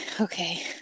Okay